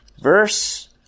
verse